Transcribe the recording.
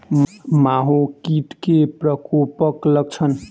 माहो कीट केँ प्रकोपक लक्षण?